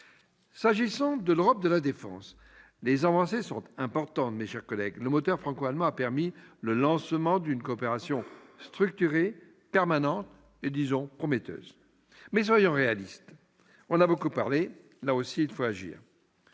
et vite. En matière de défense, les avancées sont importantes, mes chers collègues. Le moteur franco-allemand a permis le lancement d'une coopération structurée permanente et, disons-le, prometteuse. Mais soyons réalistes : on a beaucoup parlé, il faut maintenant agir.